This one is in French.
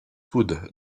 wood